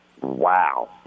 wow